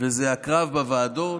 וזה הקרב בוועדות.